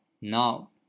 now